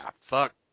fuck